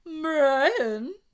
Brian